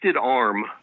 arm